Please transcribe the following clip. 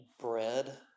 bread